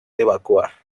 evacuar